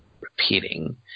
repeating